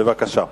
בבקשה.